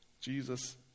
Jesus